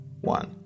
one